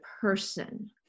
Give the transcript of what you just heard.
person